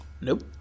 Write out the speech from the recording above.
Nope